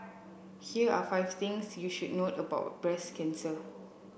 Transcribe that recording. here are five things you should note about breast cancer